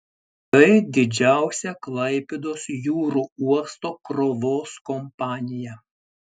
tai didžiausia klaipėdos jūrų uosto krovos kompanija